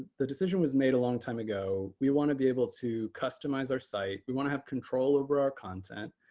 the decision was made a long time ago. we want to be able to customize our site. we want to have control over our content.